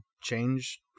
change